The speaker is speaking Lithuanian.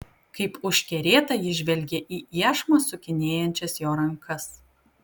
kaip užkerėta ji žvelgė į iešmą sukinėjančias jo rankas